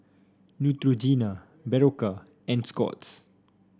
Neutrogena Berocca and Scott's